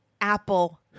Apple